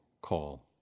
call